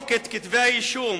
למחוק את כתבי האישום,